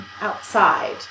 outside